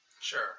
Sure